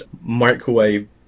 microwave